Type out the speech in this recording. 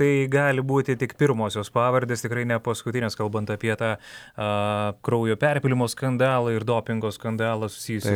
tai gali būti tik pirmosios pavardės tikrai ne paskutinės kalbant apie tą a kraujo perpylimo skandalą ir dopingo skandalą susijusį